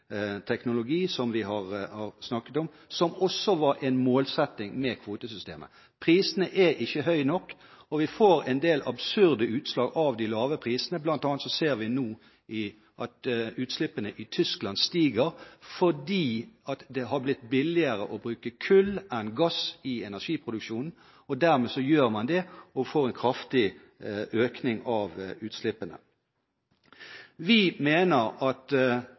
teknologi, som vi har snakket om, som også var en målsetting med kvotesystemet. Prisene er ikke høye nok, og vi får en del absurde utslag av de lave prisene, bl.a. ser vi nå at utslippene i Tyskland stiger fordi det har blitt billigere å bruke kull enn gass i energiproduksjonen. Dermed bruker man det, og får en kraftig økning av utslippene. Vi mener at